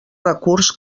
recurs